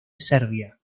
serbia